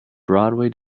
broadway